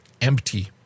empty